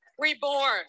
reborn